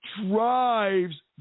drives